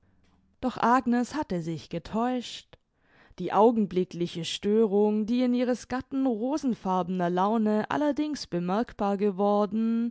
doch agnes hatte sich getäuscht die augenblickliche störung die in ihres gatten rosenfarbener laune allerdings bemerkbar geworden